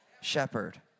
shepherd